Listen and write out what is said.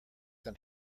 than